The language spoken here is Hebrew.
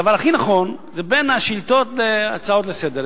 והדבר הכי נכון זה בין, להצעות לסדר.